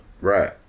Right